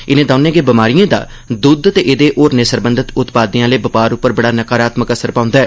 इनें दौनें गै बमारिएं दा दुद्घ ते होरनें सरबंघत उत्पादें आहले बपार उप्पर बडा नकारात्मक असर पौंदा ऐ